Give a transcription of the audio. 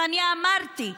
ואני אמרתי: